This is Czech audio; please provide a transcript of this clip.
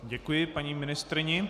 Děkuji paní ministryni.